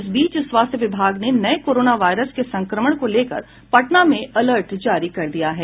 इस बीच स्वास्थ्य विभाग ने नये कोरोना वायरस के संक्रमण को लेकर पटना में अलर्ट जारी कर दिया है